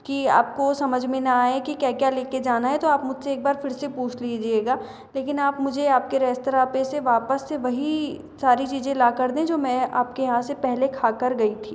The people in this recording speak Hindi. की आपको समझ में न आए की क्या क्या लेकर जाना है तो आप मुझसे एक बार फिर से पूछ लीजिएगा लेकिन आप मुझे आपके रेस्तराँ पर से वापस से वही सारी चीज़े ला कर दें जो मैं पहले आपके यहाँ से पहले खा कर गई थी